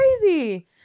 crazy